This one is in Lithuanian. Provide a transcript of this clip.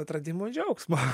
atradimo džiaugsmo